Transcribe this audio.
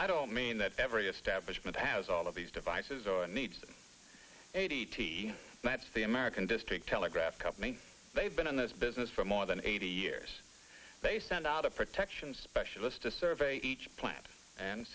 i don't mean that every establishment has all of these devices or needs a t t that's the american district telegraph company they've been in this business for more than eighty years they send out a protection specialist to survey each plant and